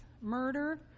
murder